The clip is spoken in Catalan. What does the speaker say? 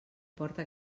porta